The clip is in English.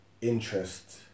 interest